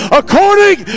according